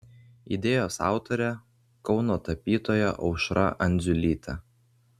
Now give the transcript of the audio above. idėjos autorė kauno tapytoja aušra andziulytė